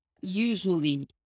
usually